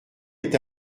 est